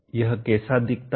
यह कैसा दिखता है